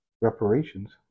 reparations